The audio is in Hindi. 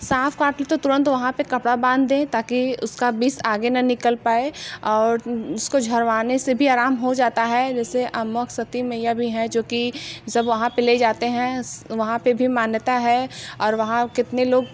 साँप काट ले तो तुरंत वहाँ पर कपड़ा बांध दें ताकि उसका विश आगे ना निकल पाए और उसको झड़वाने से भी आराम हो जाता है जैसे अमवा सती मैया भी हैं जो कि जब वहाँ पर ले जाते हैं वहाँ पर भी मान्यता है और वहाँ कितने लोग